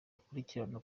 akurikirana